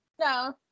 No